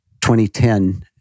2010